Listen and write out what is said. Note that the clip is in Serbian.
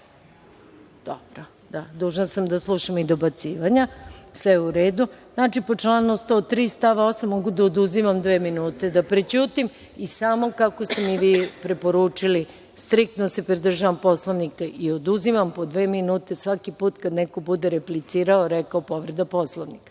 )Dobro, dužna sam da slušam i dobacivanja. Sve je u redu. Znači, po članu 103. stav 8. mogu da oduzimam dve minute, da prećutim i samo, kako ste mi vi preporučili, striktno se pridržavam Poslovnika i oduzimam po dve minute svaki put kad neko bude replicirao i rekao – povreda Poslovnika.